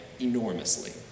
enormously